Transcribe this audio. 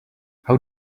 how